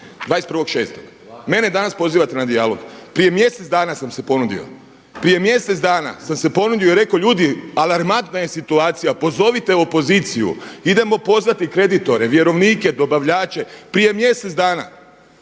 26.1. Mene danas pozivate na dijalog. Prije mjesec dana sam se ponudio, prije mjesec dana sam se ponudio i rekao ljudi ali alarmantna je situacija, pozovite opoziciju, idemo pozvati kreditore, vjerovnike, dobavljače, prije mjesec dana.